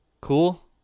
cool